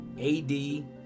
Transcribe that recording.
AD